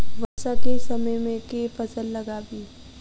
वर्षा केँ समय मे केँ फसल लगाबी?